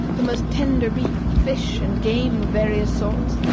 the most tender beef, fish, and game of various sorts,